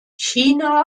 china